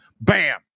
Bam